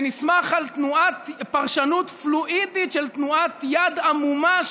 שנסמך על פרשנות פלואידית של תנועת יד עמומה,